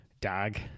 Dog